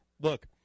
look